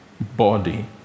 body